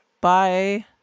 Bye